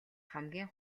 хамгийн